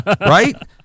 Right